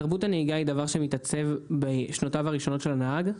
תרבות הנהיגה היא דבר שמתעצב בשנותיו הראשונות של הנהג.